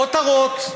כותרות.